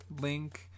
link